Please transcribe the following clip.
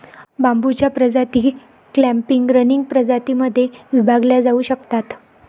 बांबूच्या प्रजाती clumping, running प्रजातीं मध्ये विभागल्या जाऊ शकतात